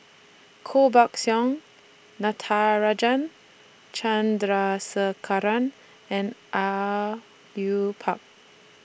Koh Buck Song Natarajan Chandrasekaran and Au Yue Pak